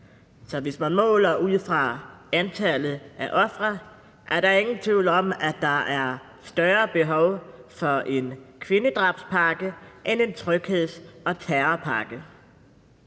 Så hvis man måler ud fra antallet af ofre, er der ingen tvivl om, at der er større behov for en kvindedrabspakke end en trygheds- og terrorpakke.